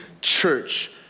Church